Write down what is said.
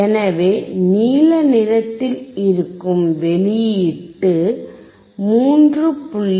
எனவே நீல நிறத்தில் இருக்கும் வெளியீட்டு 3